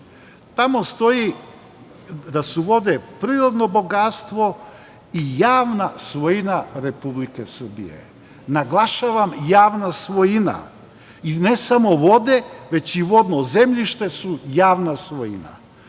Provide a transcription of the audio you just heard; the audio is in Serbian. Tamo stoji da su vode prirodno bogatstvo i javna svojina Republike Srbije, naglašavam javna svojina, i ne samo vode, već i vodno zemljište su javna svojina.